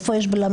איפה יש בלמים?